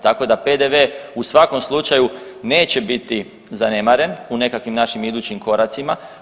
Tako da PDV u svakom slučaju neće biti zanemaren u nekakvim našim idućim koracima.